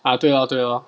啊对 lor 对 lor